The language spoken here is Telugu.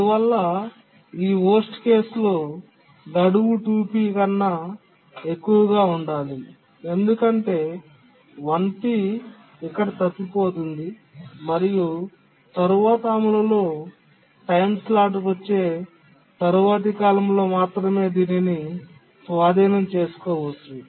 అందువల్ల ఈ చెత్త సందర్భం లో గడువు 2P కన్నా ఎక్కువగా ఉండాలి ఎందుకంటే 1P ఇక్కడ తప్పిపోయింది మరియు తరువాత అమలులో టైమ్ స్లాట్ వచ్చే తరువాతి కాలంలో మాత్రమే దానిని స్వాధీనం చేసుకోవచ్చు